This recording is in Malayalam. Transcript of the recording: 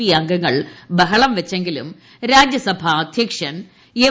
പി അംഗങ്ങൾ ബഹളം വച്ചെങ്കിലും രാജ്യസഭാ അധ്യക്ഷൻ എം